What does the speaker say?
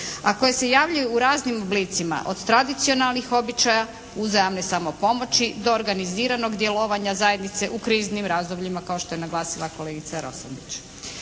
a koje se javljaju u raznim oblicima, od tradicionalnih običaja, uzajamne samopomoći, do organiziranog djelovanja zajednice u kriznim razdobljima kao što je naglasila kolegica Roksandić.